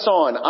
on